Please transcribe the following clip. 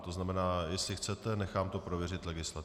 To znamená, jestli chcete, nechám to prověřit legislativou.